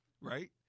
right